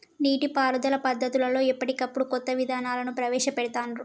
నీటి పారుదల పద్దతులలో ఎప్పటికప్పుడు కొత్త విధానాలను ప్రవేశ పెడుతాన్రు